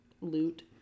loot